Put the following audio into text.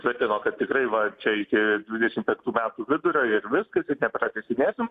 tvirtino kad tikrai va čia iki dvidešim penktų metų vidurio ir viskas ir nepratęsinėsim